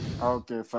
Okay